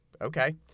okay